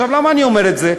למה אני אומר את זה?